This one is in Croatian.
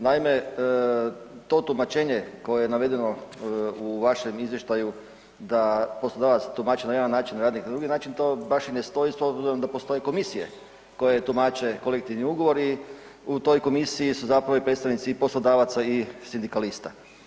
Naime, to tumačenje koje je navedeno u vašem izvještaju da poslodavac tumači na jedan način a radnik na drugi način, to baš i ne stoji s obzirom da postoje komisije koje tumače kolektivni ugovor i u toj komisiji su zapravo i predstavnici i poslodavaca i sindikalista.